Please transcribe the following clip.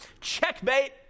Checkmate